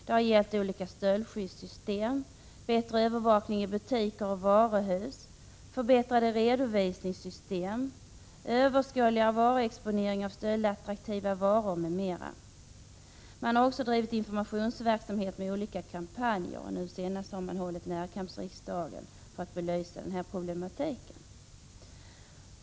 Det har gällt olika stöldskyddssystem, bättre övervakning i butiker och varuhus, förbättrade redovisningssystem, överskådligare varuexponering av stöldattraktiva varor m.m. Man har också bedrivit informationsverksamhet med olika kampanjer — nu senast Närkampsriksdagen — för att belysa problematiken.